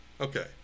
Okay